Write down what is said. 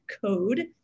Code